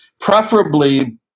Preferably